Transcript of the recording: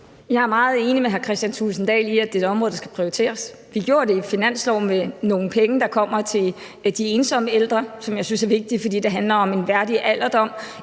Jeg er meget enig med hr. Kristian Thulesen Dahl i, at det er et område, der skal prioriteres. Vi gjorde det i finansloven ved at afsætte nogle penge, der kommer til at gå til de ensomme ældre, hvilket jeg synes er vigtigt, fordi det handler om en værdig alderdom.